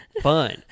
fun